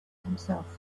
himself